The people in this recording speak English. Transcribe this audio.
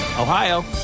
Ohio